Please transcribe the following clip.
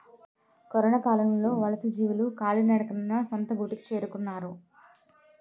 కరొనకాలంలో వలసజీవులు కాలినడకన సొంత గూటికి చేరుకున్నారు